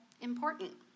important